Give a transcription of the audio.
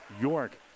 York